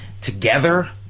together